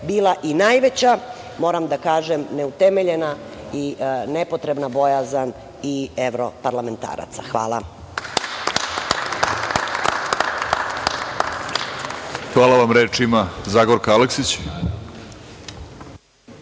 bila i najveća, moram da kažem, neutemeljena i nepotrebna, bojazan i evroparlamentaraca. Hvala. **Vladimir Orlić** Hvala vam. Reč ima Zagorka Aleksić.